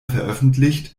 veröffentlicht